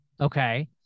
okay